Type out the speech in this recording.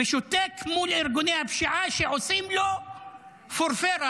ושותק מול ארגוני הפשיעה שעושים ממנו פורפרה,